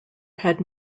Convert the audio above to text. had